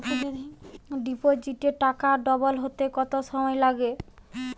ডিপোজিটে টাকা ডবল হতে কত সময় লাগে?